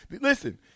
listen